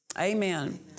Amen